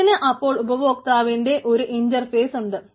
ഇതിന് അപ്പോൾ ഉപഭോക്താവിന്റെ ഒരു ഇൻറർഫേസ് ഉണ്ട്